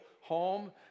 home